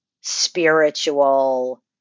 spiritual